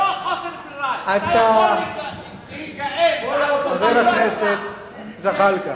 יכול להיגאל, חבר הכנסת זחאלקה,